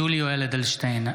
(קורא בשמות חברי הכנסת) יולי יואל אדלשטיין,